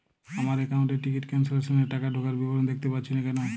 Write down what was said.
আমার একাউন্ট এ ticket cancellation এর টাকা ঢোকার বিবরণ দেখতে পাচ্ছি না কেন?